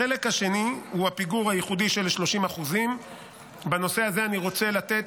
החלק השני הוא הפיגור הייחודי של 30%. בנושא הזה אני רוצה לתת,